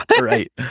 Right